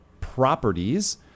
properties